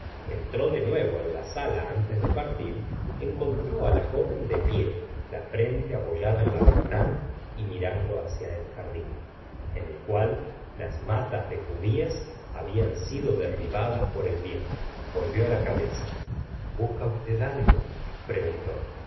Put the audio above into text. entró de nuevo en la sala antes de partir encontró á la joven de pie la frente apoyada en la ventana y mirando hacia el jardín en el cual las matas de judías hablan sido derribadas por el viento volvió la cabeza busca v algo preguntó